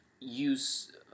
use